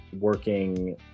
working